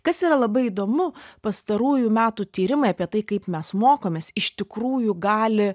kas yra labai įdomu pastarųjų metų tyrimai apie tai kaip mes mokomės iš tikrųjų gali